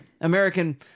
American